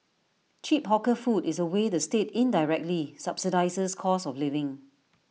cheap hawker food is A way the state indirectly subsidises cost of living